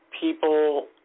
people